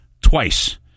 twice